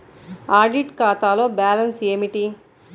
Audit ఖాతాలో balance ఏమిటీ?